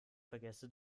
vergesse